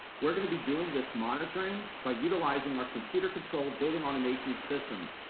we're gonna be doing this monitoring by utilizing our computer control building automation systems,